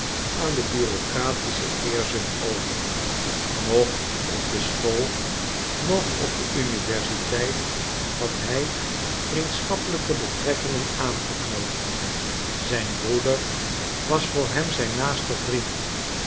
aan de bureaucratische eerzucht over noch op de school noch op de universiteit had hij vriendschappelijke betrekkingen aangeknoopt zijn broeder was voor hem zijn naaste vriend